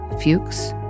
Fuchs